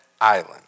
Island